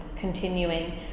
continuing